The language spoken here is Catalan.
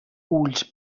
ulls